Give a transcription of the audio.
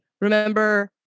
remember